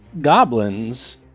goblins